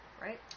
right